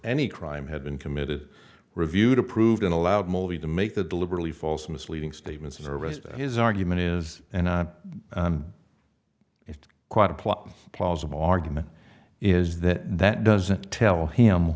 any crime had been committed reviewed approved and allowed movie to make the deliberately false misleading statements in the rest of his argument is and it's quite a plot plausible argument is that that doesn't tell him